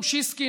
אוסישקין,